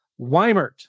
Weimert